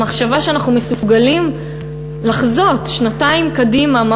המחשבה שאנחנו מסוגלים לחזות שנתיים קדימה מה